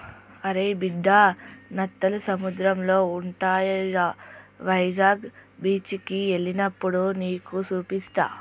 అరే బిడ్డా నత్తలు సముద్రంలో ఉంటాయిరా వైజాగ్ బీచికి ఎల్లినప్పుడు నీకు సూపిస్తా